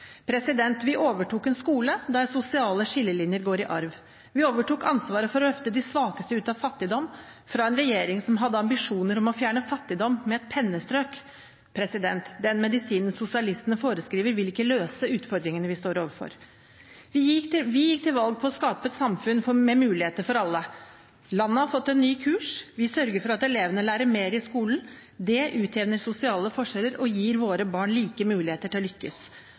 Vi overtok en skole der sosiale skillelinjer går i arv. Vi overtok ansvaret for å løfte de svakeste ut av fattigdom, fra en regjering som hadde ambisjoner om å fjerne fattigdom med et pennestrøk. Den medisinen sosialistene foreskriver, vil ikke løse utfordringene vi står overfor. Vi gikk til valg på å skape et samfunn med muligheter for alle. Landet har fått en ny kurs. Vi sørger for at elevene lærer mer i skolen. Det utjevner sosiale forskjeller og gir våre barn like muligheter til å lykkes.